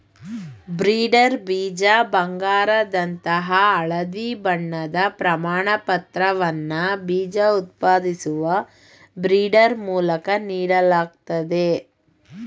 breeder ಬೀಜ ಬಂಗಾರದಂತಹ ಹಳದಿ ಬಣ್ಣದ ಪ್ರಮಾಣಪತ್ರವನ್ನ ಬೀಜ ಉತ್ಪಾದಿಸುವ ಬ್ರೀಡರ್ ಮೂಲಕ ನೀಡಲಾಗ್ತದೆ